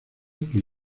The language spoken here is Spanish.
que